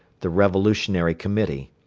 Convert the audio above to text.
the revolutionary committee,